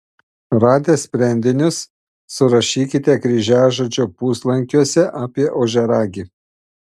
radę sprendinius surašykite kryžiažodžio puslankiuose apie ožiaragį